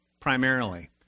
primarily